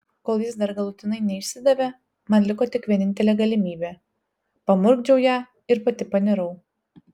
kol jis dar galutinai neišsidavė man liko tik vienintelė galimybė pamurkdžiau ją ir pati panirau